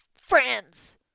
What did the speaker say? friends